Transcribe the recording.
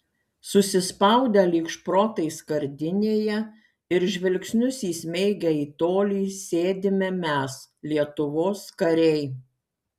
susispaudę lyg šprotai skardinėje ir žvilgsnius įsmeigę į tolį sėdime mes lietuvos kariai